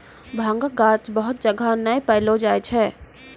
भांगक गाछ बहुत जगह नै पैलो जाय छै